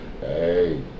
hey